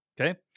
Okay